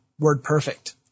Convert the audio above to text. WordPerfect